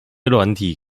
软体